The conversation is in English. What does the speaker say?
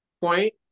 point